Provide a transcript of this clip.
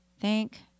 Thank